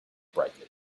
brightly